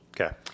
Okay